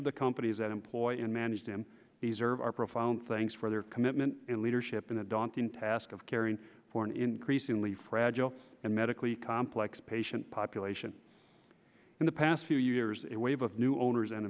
of the companies that employ and manage them these are our profound thanks for their commitment and leadership in the daunting task of caring for an increasingly fragile and medically complex patient population in the past few years a wave of new owners and